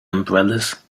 umbrellas